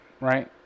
right